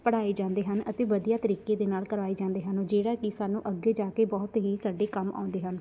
ਪੜ੍ਹਾਏ ਜਾਂਦੇ ਹਨ ਅਤੇ ਵਧੀਆ ਤਰੀਕੇ ਦੇ ਨਾਲ ਕਰਾਏ ਜਾਂਦੇ ਹਨ ਜਿਹੜਾ ਕਿ ਸਾਨੂੰ ਅੱਗੇ ਜਾ ਕੇ ਬਹੁਤ ਹੀ ਸਾਡੇ ਕੰਮ ਆਉਂਦੇ ਹਨ